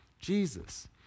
Jesus